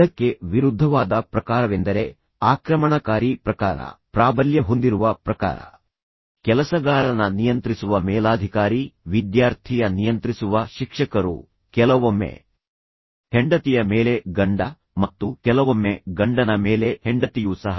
ಇದಕ್ಕೆ ವಿರುದ್ಧವಾದ ಪ್ರಕಾರವೆಂದರೆ ಆಕ್ರಮಣಕಾರಿ ಪ್ರಕಾರ ಆಕ್ರಮಣಕಾರಿ ಶಕ್ತಿಶಾಲಿ ಪ್ರಾಬಲ್ಯ ಹೊಂದಿರುವ ಪ್ರಕಾರ ಕೆಲಸಗಾರನ ನಿಯಂತ್ರಿಸುವ ಮೇಲಾಧಿಕಾರಿ ವಿದ್ಯಾರ್ಥಿಯ ನಿಯಂತ್ರಿಸುವ ಶಿಕ್ಷಕರೂ ಕೆಲವೊಮ್ಮೆ ಅಧಿಕಾರವನ್ನು ಬಳಸುವವರು ಅಧಿಕಾರದ ಹೋರಾಟವನ್ನು ಅವಲಂಬಿಸಿ ಹೆಂಡತಿಯ ಮೇಲೆ ಗಂಡ ಮತ್ತು ಕೆಲವೊಮ್ಮೆ ಗಂಡನ ಮೇಲೆ ಹೆಂಡತಿಯೂ ಸಹ